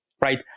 right